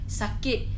sakit